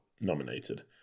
nominated